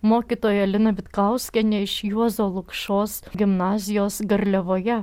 mokytoja lina vitkauskienė iš juozo lukšos gimnazijos garliavoje